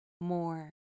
more